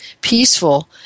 peaceful